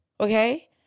Okay